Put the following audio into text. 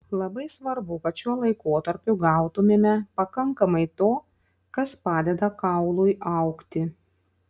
labai svarbu kad šiuo laikotarpiu gautumėme pakankamai to kas padeda kaului augti